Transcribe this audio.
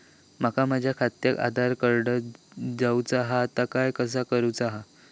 माका माझा खात्याक आधार कार्ड जोडूचा हा ता कसा करुचा हा?